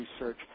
research